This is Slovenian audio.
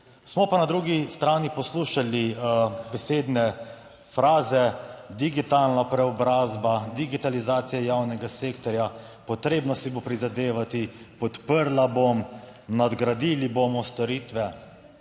Smo pa na drugi strani poslušali besedne fraze, digitalna preobrazba, digitalizacija javnega sektorja, potrebno si bo prizadevati, podprla bom, nadgradili bomo storitve.